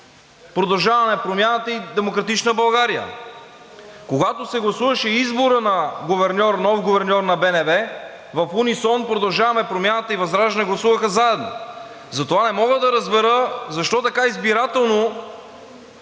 „Продължаваме Промяната“ и „Демократична България“. Когато се гласуваше изборът на нов гуверньор на БНБ, в унисон, „Продължаваме Промяната“ и ВЪЗРАЖДАНЕ гласуваха заедно. Затова не мога да разбера защо така избирателно